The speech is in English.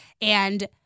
and-